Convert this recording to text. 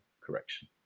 correction